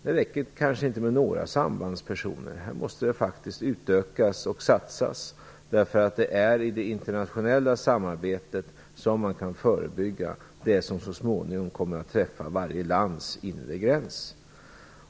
Det räcker kanske inte med några sambandspersoner, utan vi måste faktiskt utöka och satsa. Det är ju genom det internationella samarbetet som man kan minska mängden narkotika som så småningom kommer att nå varje lands inre gräns.